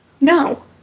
No